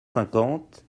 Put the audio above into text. cinquante